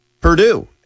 Purdue